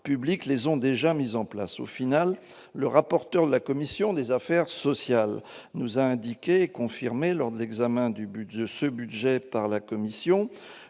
publics les ont déjà mis en place ! Au final, le rapporteur de la commission des affaires sociales nous a indiqué- il l'a confirmé lors de l'examen de ces dispositions par la commission